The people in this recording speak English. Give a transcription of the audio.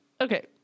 okay